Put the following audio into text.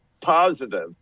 positive